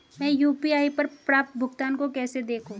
मैं यू.पी.आई पर प्राप्त भुगतान को कैसे देखूं?